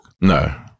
No